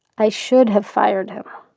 i should have fired him.